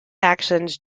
actions